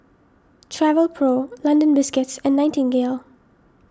Travelpro London Biscuits and Nightingale